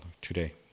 today